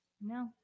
No